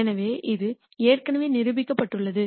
எனவே இது ஏற்கனவே நிரூபிக்கப்பட்டுள்ளது